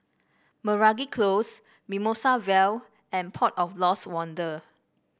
Meragi Close Mimosa Vale and Port of Lost Wonder